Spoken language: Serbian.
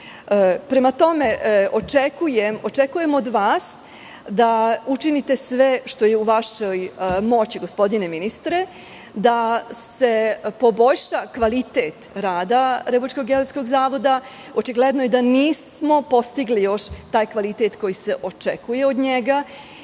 RGZ.Prema tome, očekujemo od vas da učinite sve što je u vašoj moći, gospodine ministre, da se poboljša kvalitet rada Republičkog geodetskog zavoda. Očigledno je da nismo postigli još taj kvalitet koji se očekuje od njega.